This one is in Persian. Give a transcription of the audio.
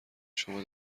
شما